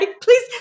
please